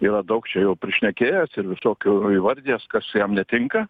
yra daug čia jau prišnekėjęs ir visokių įvardijęs kas jam netinka